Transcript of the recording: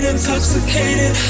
Intoxicated